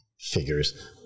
figures –